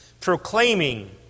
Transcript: Proclaiming